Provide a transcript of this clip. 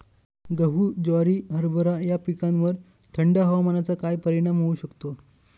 गहू, ज्वारी, हरभरा या पिकांवर थंड हवामानाचा काय परिणाम होऊ शकतो?